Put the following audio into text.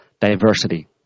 diversity